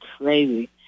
crazy